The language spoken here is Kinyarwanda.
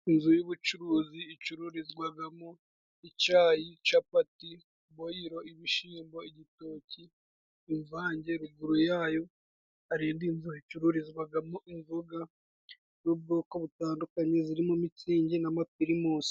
Inzu y'ubucuruzi icururizwagamo icyayi, capati, boyiro, ibishimbo, igitoki, imvange, ruguru yayo hari indi nzu icururizwagamo inzoga y'ubwoko butandukanye zirimo mitsingi n'amapirimusi.